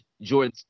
jordan